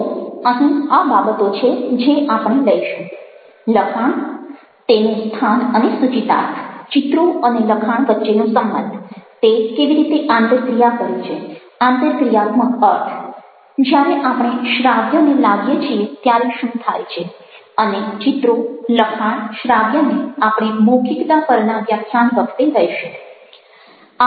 તો અહીં આ બાબતો છે જે આપણે લઈશું લખાણ તેનું સ્થાન અને સૂચિતાર્થ ચિત્રો અને લખાણ વચ્ચેનો સંબંધ તે કેવી રીતે આંતરક્રિયા કરે છે આંતરક્રિયાત્મક અર્થ જ્યારે આપણે શ્રાવ્યને લાવીએ છીએ ત્યારે શું થાય છે અને ચિત્રો લખાણ શ્રાવ્યને આપણે મૌખિકતા પરના વ્યાખ્યાન વખતે લઈશું